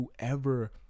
whoever